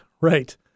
Right